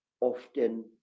often